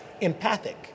empathic